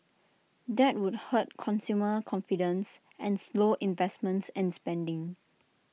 that would hurt consumer confidence and slow investments and spending